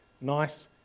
nice